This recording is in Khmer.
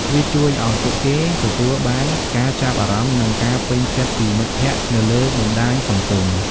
វាជួយឱ្យពួកគេទទួលបានការចាប់អារម្មណ៍និងការពេញចិត្តពីមិត្តភក្តិនៅលើបណ្ដាញសង្គម។